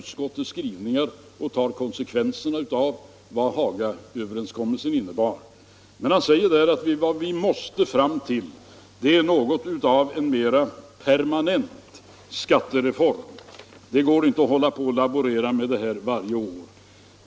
Men han sade också att vi måste komma fram till en mera permanent skattereform — det går inte att laborera med detta varje år.